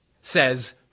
says